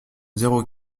zéro